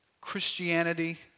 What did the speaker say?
Christianity